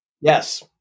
Yes